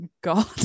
God